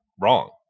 wrong